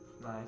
Nice